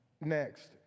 Next